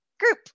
group